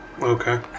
Okay